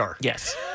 Yes